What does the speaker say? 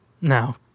No